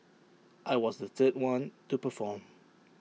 I was the third one to perform